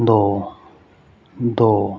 ਦੋ ਦੋ